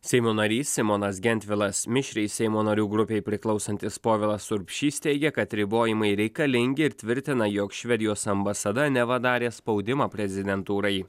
seimo narys simonas gentvilas mišriai seimo narių grupei priklausantis povilas urbšys teigia kad ribojimai reikalingi ir tvirtina jog švedijos ambasada neva darė spaudimą prezidentūrai